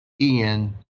Ian